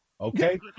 Okay